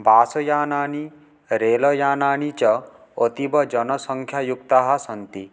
बस्यानानि रेलयानानि च अतीवजनसंख्यायुक्ताः सन्ति